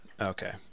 Okay